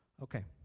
okay.